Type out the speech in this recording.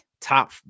top